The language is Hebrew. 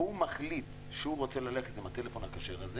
והוא מחליט שהוא רוצה ללכת עם הטלפון הכשר הזה